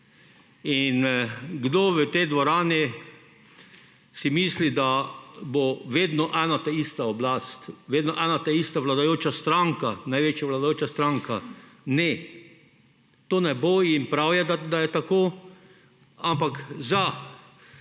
in kdo v tej dvorani si misli, da bo vedno ena ta ista oblast, vedno ena ta ista vladajoča stranka, največja vladajoča stranka. Ne, to ne bo in prav je, da je tako, ampak, za eno